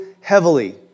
heavily